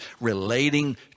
relating